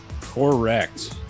Correct